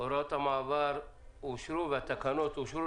הוראות המעבר והתקנות אושרו.